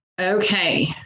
Okay